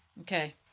Okay